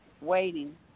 waiting